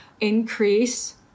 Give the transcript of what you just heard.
increase